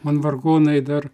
man vargonai dar